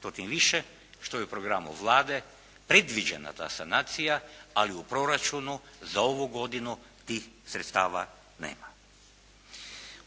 to tim više što je u programu Vlade predviđena ta sanacija ali u proračunu za ovu godinu tih sredstava nema.